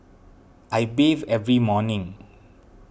I bathe every morning